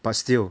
but still